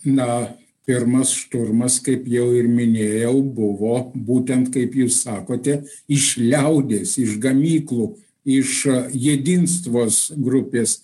na pirmas šturmas kaip jau ir minėjau buvo būtent kaip jūs sakote iš liaudies iš gamyklų iš jedinstvos grupės